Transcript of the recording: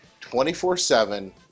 24-7